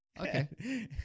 Okay